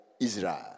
Israel